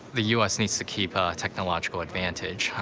the u s. needs to keep a technological advantage.